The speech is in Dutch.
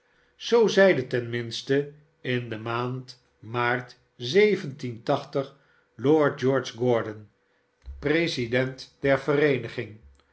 zoo zeide ten minste in de maand maart lord george gordon president der vereeniging